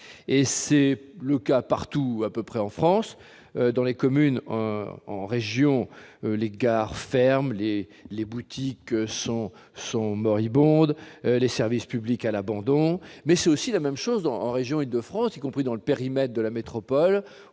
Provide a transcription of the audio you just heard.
C'est le cas presque partout en France : dans les communes, en région, les gares ferment, les boutiques sont moribondes, les services publics à l'abandon. Mais c'est aussi vrai dans la région d'Île-de-France, y compris dans le périmètre de la métropole,